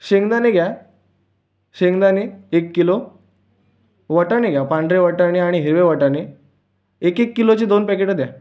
शेंगदाणे घ्या शेंगदाणे एक किलो वटाणे घ्या पांढरे वटाणे आणि हिरवे वटाणे एक एक किलोचे दोन पॅकेटं द्या